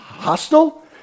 Hostile